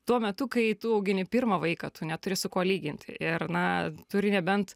tuo metu kai tu augini pirmą vaiką tu neturi su kuo lygint ir na turi nebent